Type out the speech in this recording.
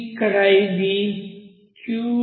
ఇక్కడ ఇది supp0